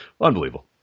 Unbelievable